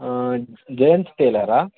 Jayant ಟೇಲರಾ